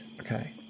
Okay